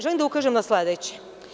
Želim da ukažem na sledeće.